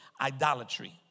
Idolatry